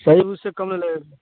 صحیح اس سے کم نہیں لگے گا